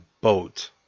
boat